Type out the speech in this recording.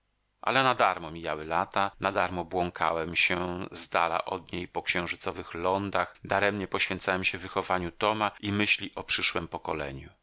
ale nadarmo mijały lata nadarmo błąkałem się zdala od niej po księżycowych lądach daremnie poświęcałem się wychowaniu toma i myśli o przyszłem pokoleniu